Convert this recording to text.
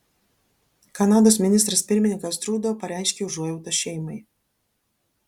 kanados ministras pirmininkas trudo pareiškė užuojautą šeimai